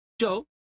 Joe